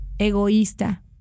Egoísta